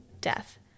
death